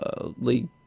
League